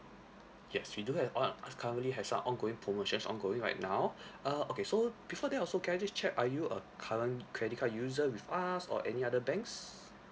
yes we do have uh currently have some ongoing promotions ongoing right now uh okay so before that also can I just check are you a current credit card user with us or any other banks